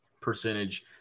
percentage